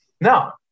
No